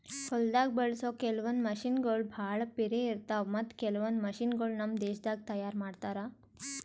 ಹೊಲ್ದಾಗ ಬಳಸೋ ಕೆಲವೊಂದ್ ಮಷಿನಗೋಳ್ ಭಾಳ್ ಪಿರೆ ಇರ್ತಾವ ಮತ್ತ್ ಕೆಲವೊಂದ್ ಮಷಿನಗೋಳ್ ನಮ್ ದೇಶದಾಗೆ ತಯಾರ್ ಮಾಡ್ತಾರಾ